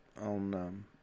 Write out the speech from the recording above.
on